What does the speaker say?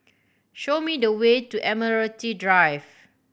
show me the way to Admiralty Drive